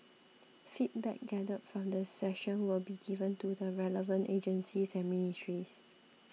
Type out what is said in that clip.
feedback gathered from the session will be given to the relevant agencies and ministries